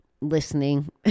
listening